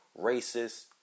racist